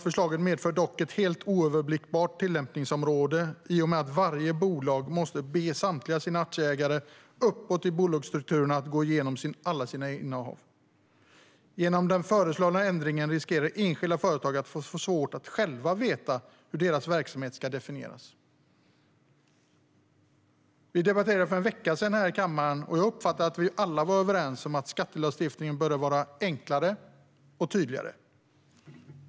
Förslaget medför dock ett helt oöverblickbart tillämpningsområde i och med att varje bolag måste be samtliga sina aktieägare uppåt i bolagsstrukturen att gå igenom alla sina innehav. Genom den föreslagna ändringen riskerar enskilda företag att få svårt att själva veta hur deras verksamhet ska definieras. Vi hade en debatt för en vecka sedan här i kammaren. Jag uppfattade det som att vi alla var överens om att skattelagstiftningen bör vara enklare och tydligare.